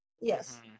yes